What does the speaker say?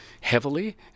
heavily